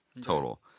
total